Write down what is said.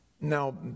Now